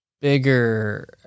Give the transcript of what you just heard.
bigger